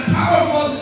powerful